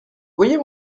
voyais